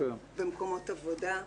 במקומות עבודה,